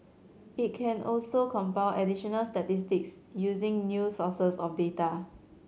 it can also compile additional statistics using new sources of data